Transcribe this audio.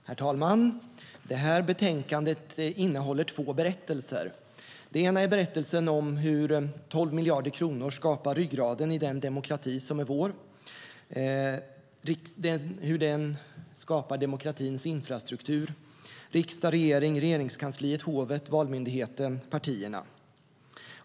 Herr talman! Det här betänkandet innehåller två berättelser. Den ena är berättelsen om hur 12 miljarder kronor skapar ryggraden i den demokrati som är vår och skapar demokratins infrastruktur - riksdag, regering, Regeringskansliet, hovet, Valmyndigheten och partierna.